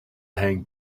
hang